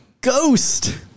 Ghost